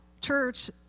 Church